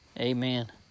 Amen